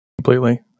completely